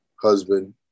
husband